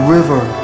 river